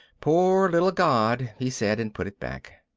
poor little god, he said and put it back.